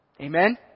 Amen